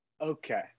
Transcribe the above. Okay